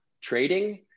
trading